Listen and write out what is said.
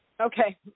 Okay